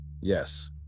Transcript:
Yes